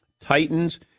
Titans